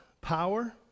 power